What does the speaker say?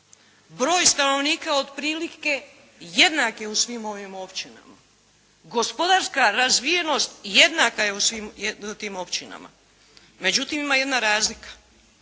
Broj stanovnika otprilike jednak je u svim ovim općinama. Gospodarska razvijenost jednaka je u svim tim općinama, međutim ima jedna razlika.